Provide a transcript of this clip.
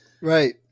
right